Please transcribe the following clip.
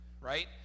right